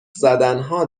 زدنها